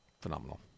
Phenomenal